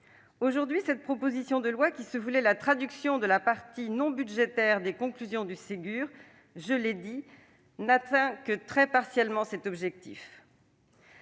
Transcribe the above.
Aujourd'hui, cette proposition de loi, qui se voulait la traduction des mesures non budgétaires du Ségur de la santé, n'atteint que très partiellement cet objectif.